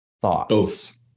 Thoughts